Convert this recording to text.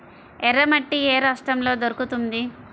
ఎర్రమట్టి ఏ రాష్ట్రంలో దొరుకుతుంది?